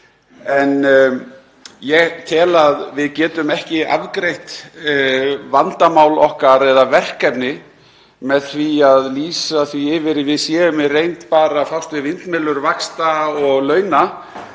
En ég tel að við getum ekki afgreitt vandamál okkar eða verkefni með því að lýsa því yfir að við séum í reynd bara fást við vindmyllur vaxta og launa,